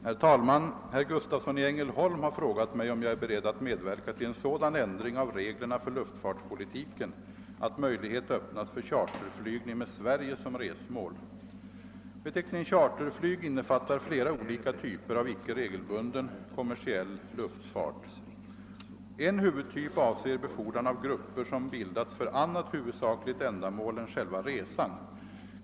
Herr talman! Herr Gustavsson i Ängelholm har frågat mig om jag är beredd att medverka till en sådan ändring av reglerna för luftfartspolitiken att möjlighet öppnas för charterflygning med Sverige som resmål. Beteckningen charterflyg innefattar flera olika typer av icke regelbunden kommersiell luftfart. En huvudtyp avser befordran av grupper som bildats för annat huvudsakligt ändamål än själva resan.